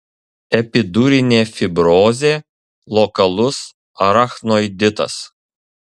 epidurinė fibrozė lokalus arachnoiditas